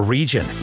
Region